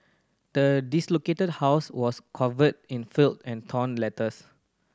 the house was covered in filth and torn letters